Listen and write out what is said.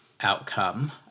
outcome